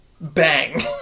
bang